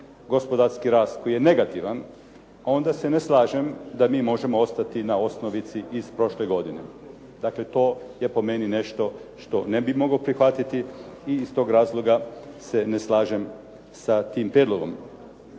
gospodarski rast koji je negativan, onda se ne slažem da mi možemo ostati na osnovici od prošle godine. Dakle, to je po meni nešto što ne bih mogao prihvatiti i iz tog razloga se ne slažem sa tim prijedlogom.